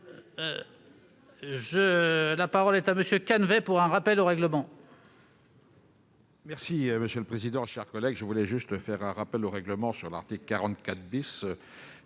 La parole est à M. Michel Canévet, pour un rappel au règlement.